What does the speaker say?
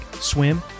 swim